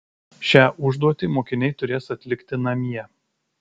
šią užduotį mokiniai turės atlikti namie